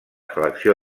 selecció